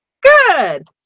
Good